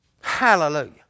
Hallelujah